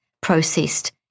processed